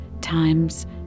times